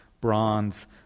bronze